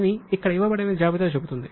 అని అక్కడ ఇవ్వబడిన జాబితా చెబుతుంది